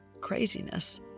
craziness